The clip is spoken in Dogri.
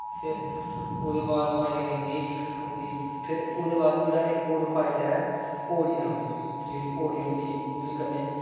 फिर ओह्दै बाद बारी आई जंदी फिर ओह्दे बाद इक फायदा एह्दा ऐ पौड़ी दा जेह्ड़ी जेह्ड़ी पौड़ी होंदे एह्दे कन्नै